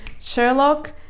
sherlock